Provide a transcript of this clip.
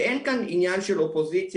ואין כאן עניין של אופוזיציה,